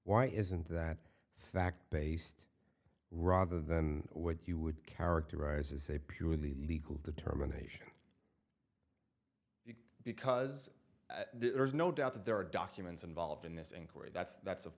why isn't that fact based rather than what you would characterize as a purely legal determination because there's no doubt that there are documents involved in this inquiry that's that's of